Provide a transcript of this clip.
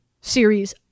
series